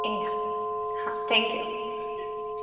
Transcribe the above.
એ હા હા thank you